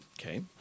Okay